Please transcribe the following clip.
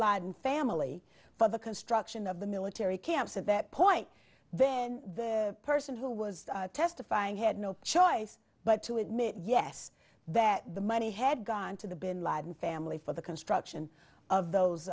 laden family for the construction of the military camps at that point then the person who was testifying had no choice but to admit yes that the money had gone to the bin laden family for the construction of those